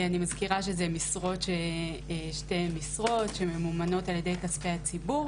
אני מזכירה שאלה שתי משרות שממומנות בכספי ציבור